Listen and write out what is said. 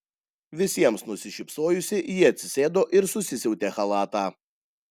visiems nusišypsojusi ji atsisėdo ir susisiautę chalatą